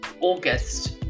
August